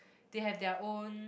they have their own